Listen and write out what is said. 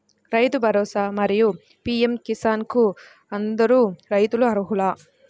రైతు భరోసా, మరియు పీ.ఎం కిసాన్ కు అందరు రైతులు అర్హులా?